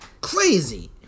Crazy